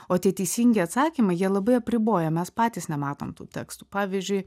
o tie teisingi atsakymai jie labai apriboja mes patys nematom tų tekstų pavyzdžiui